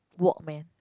walk man